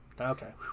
Okay